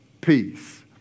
peace